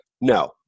No